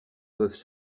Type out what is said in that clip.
peuvent